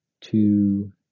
two